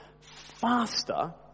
faster